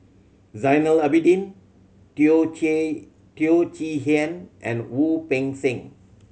Zainal Abidin Teo Teo Chee Hean and Wu Peng Seng